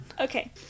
Okay